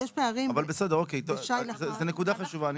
טוב, אוקיי, זו נקודה חשובה.